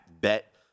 bet